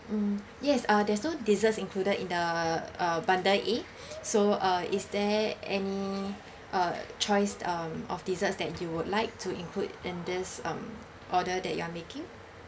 mm yes uh there's no desserts included in the bundle A so uh is there any uh choice um of desserts that you would like to include in this order that you're making